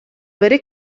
avere